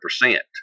percent